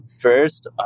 First